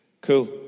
cool